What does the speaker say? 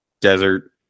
desert